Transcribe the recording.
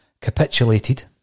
capitulated